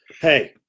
Hey